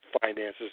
finances